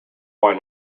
why